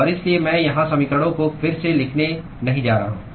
और इसलिए मैं यहाँ समीकरणों को फिर से लिखने नहीं जा रहा हूँ